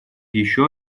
еще